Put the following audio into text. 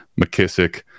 McKissick